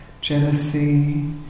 jealousy